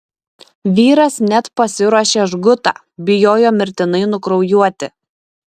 vyras net pasiruošė žgutą bijojo mirtinai nukraujuoti